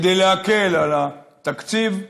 כדי להקל על התקציב,